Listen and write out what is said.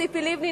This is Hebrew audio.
ציפי לבני,